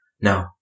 No